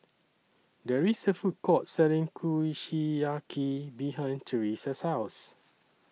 There IS A Food Court Selling Kushiyaki behind Teresa's House